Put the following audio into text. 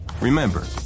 Remember